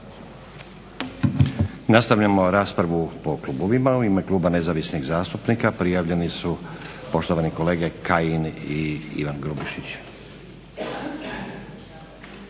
Nastavljamo raspravu po klubovima. U ime Kluba nezavisnih zastupnika prijavljeni su poštovani kolege Kajin i Ivan Grubišić.